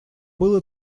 было